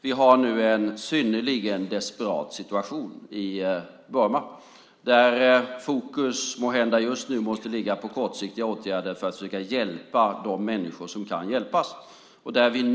Vi har nu en synnerligen desperat situation i Burma, där fokus måhända just nu måste ligga på kortsiktiga åtgärder för att försöka hjälpa de människor som kan hjälpas.